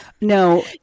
No